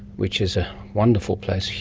which is a wonderful place,